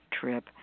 trip